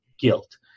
guilt